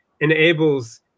enables